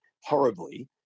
horribly